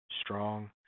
strong